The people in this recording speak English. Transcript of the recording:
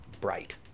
bright